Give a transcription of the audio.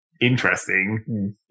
interesting